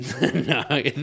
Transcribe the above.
No